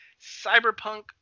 Cyberpunk